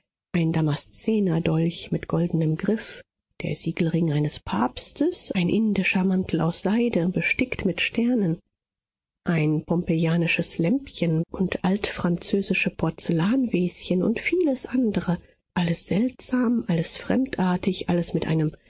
ein damaszenerdolch mit goldenem griff der siegelring eines papstes ein indischer mantel aus seide bestickt mit sternen ein pompejanisches lämpchen und altfranzösische porzellanväschen und vieles andre alles seltsam alles fremdartig alles mit einem